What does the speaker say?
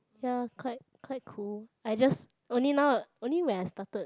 ya quite quite cool I just only now only when I started